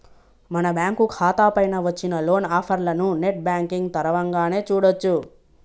మన బ్యాంకు ఖాతా పైన వచ్చిన లోన్ ఆఫర్లను నెట్ బ్యాంకింగ్ తరవంగానే చూడొచ్చు